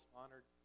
honored